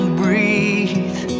breathe